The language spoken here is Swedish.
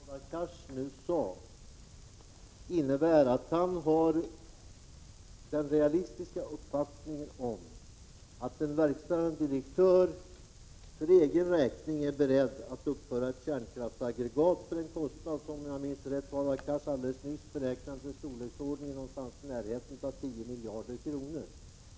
Herr talman! Vad Hadar Cars nu sade innebär att han har den realistiska uppfattningen att en verkställande direktör för egen räkning är beredd att uppföra ett kärnkraftsaggregat för en kostnad som, om jag minns rätt, Hadar Cars alldeles nyss beräknade till storleksordningen 10 miljarder kronor.